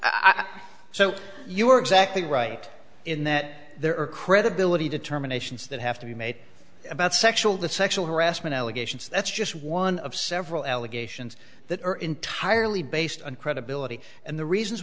i'm so you are exactly right in that there are credibility determinations that have to be made about sexual the sexual harassment allegations that's just one of several allegations that are entirely based on credibility and the reasons